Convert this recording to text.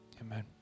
Amen